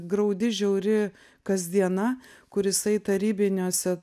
graudi žiauri kasdiena kur jisai tarybiniuose